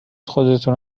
خودتونو